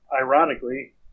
ironically